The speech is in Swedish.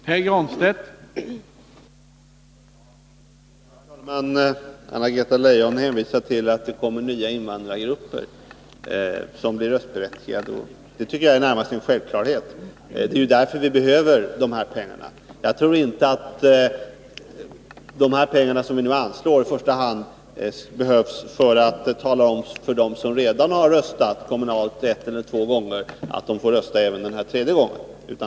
Herr talman! Anna-Greta Leijon hänvisar till att det kommer nya invandrargrupper som blir röstberättigade. Det tycker jag närmast är en självklarhet, och det är ju därför som vi behöver de här pengarna. Jag tror inte att de pengar, som vi nu anslår, i första hand behövs för att tala om för dem som redan har röstat kommunalt en eller två gånger att de får rösta även den här tredje gången.